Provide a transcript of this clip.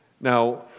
Now